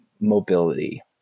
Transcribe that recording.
mobility